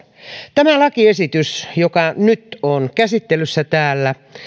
tämä lakiesitys joka nyt on käsittelyssä täällä